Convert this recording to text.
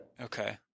Okay